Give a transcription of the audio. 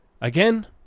again